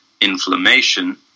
inflammation